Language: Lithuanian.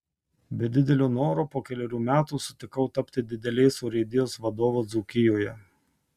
be didelio noro po kelerių metų sutikau tapti didelės urėdijos vadovu dzūkijoje